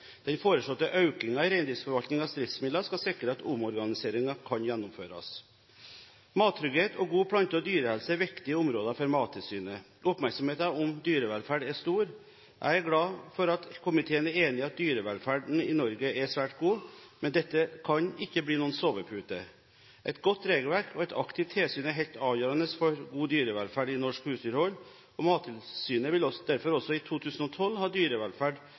Den foreslåtte økningen i Reindriftsforvaltningens driftsmidler skal sikre at omorganiseringen kan gjennomføres. Mattrygghet og god plante- og dyrehelse er viktige områder for Mattilsynet. Oppmerksomheten om dyrevelferd er stor. Jeg er glad for at komiteen er enig i at dyrevelferden i Norge er svært god, men dette kan ikke bli noen sovepute. Et godt regelverk og et aktivt tilsyn er helt avgjørende for god dyrevelferd i norsk husdyrhold, og Mattilsynet vil derfor også i 2012 ha dyrevelferd